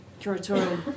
curatorial